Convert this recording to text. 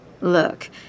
Look